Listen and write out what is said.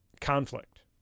conflict